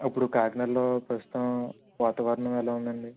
ఇప్పుడు కాకినాడలో ప్రస్తుతం వాతావరణం ఎలా ఉంది అండి